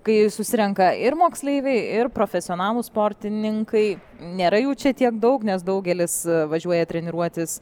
kai susirenka ir moksleiviai ir profesionalūs sportininkai nėra jų čia tiek daug nes daugelis važiuoja treniruotis